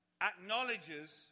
acknowledges